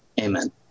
amen